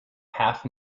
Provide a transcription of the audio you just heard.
half